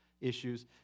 issues